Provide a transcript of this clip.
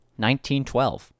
1912